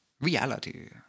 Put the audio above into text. reality